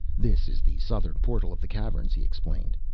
this is the southern portal of the caverns, he explained.